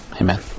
Amen